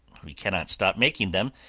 we cannot stop making them,